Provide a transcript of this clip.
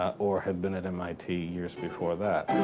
or had been at mit years before that.